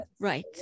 Right